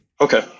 Okay